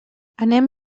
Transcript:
anem